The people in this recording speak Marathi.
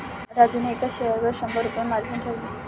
राजूने एका शेअरवर शंभर रुपये मार्जिन ठेवले